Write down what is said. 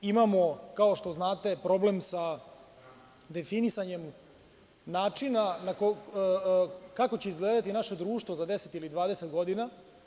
Imamo, kao što znate, problem sa definisanjem načina kako će izgledati naše društvo za 10 ili 20 godina.